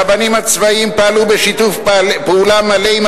הרבנים הצבאיים פעלו בשיתוף פעולה מלא עם